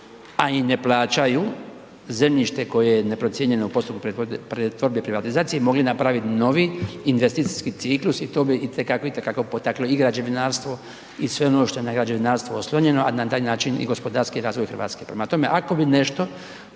a i ne plaćaju zemljište koje je neprocijenjeno u postupku pretvorbe i privatizacije mogli napraviti novi investicijski ciklus i to bi i te kako, i te kako potaklo i građevinarstvo i sve ono što je na građevinarstvo oslonjeno, a na taj način i gospodarski razvoj Hrvatske.